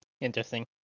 Interesting